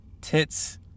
tits